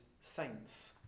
saints